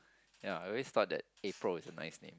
ya I always thought that April was a nice name